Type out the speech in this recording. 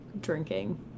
drinking